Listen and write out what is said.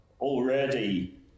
already